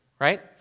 right